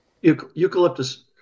eucalyptus